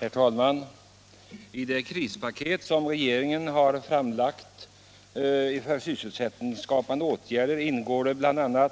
Herr talman! I det krispaket som regeringen har framlagt för att åstadkomma sysselsättningsskapande åtgärder ingår bl.a.